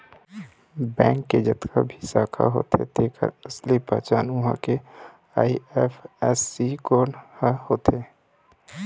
bank के जतका भी शाखा होथे तेखर असली पहचान उहां के आई.एफ.एस.सी कोड ह होथे